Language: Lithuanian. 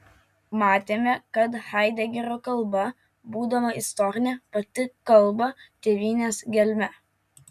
matėme kad haidegerio kalba būdama istorinė pati kalba tėvynės gelme